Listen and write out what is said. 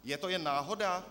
Je to jen náhoda?